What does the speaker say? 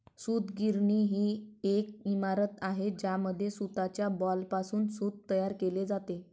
सूतगिरणी ही एक इमारत आहे ज्यामध्ये सूताच्या बॉलपासून सूत तयार केले जाते